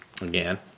again